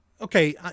okay